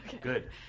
Good